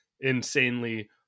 insanely